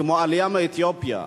כמו העלייה מאתיופיה,